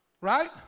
right